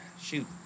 shoot